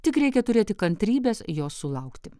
tik reikia turėti kantrybės jos sulaukti